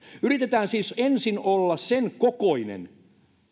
yritetään siis ensin olla sen kokoinen